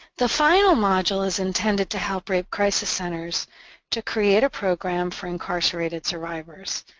the final module is intended to help rape crisis centers to create a program for incarcerated survivors.